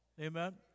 Amen